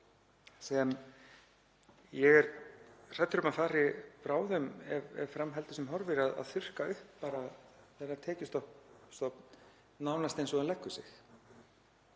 sem ég er hræddur um að fari bráðum, ef fram heldur sem horfir, að þurrka upp bara þennan tekjustofn nánast eins og hann leggur sig.